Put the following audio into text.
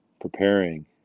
preparing